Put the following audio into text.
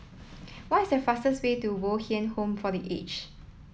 what is the fastest way to Bo Tien Home for the Aged